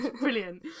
brilliant